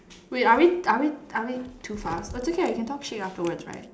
wait are we are we are we too fast it's okay ah we can talk shit afterwards right